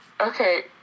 Okay